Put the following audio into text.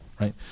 right